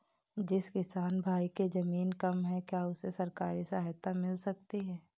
जिस किसान भाई के ज़मीन कम है क्या उसे सरकारी सहायता मिल सकती है?